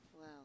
Wow